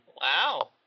Wow